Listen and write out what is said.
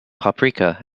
paprika